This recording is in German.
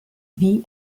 wie